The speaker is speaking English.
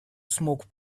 smoke